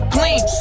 Clean